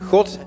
God